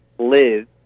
live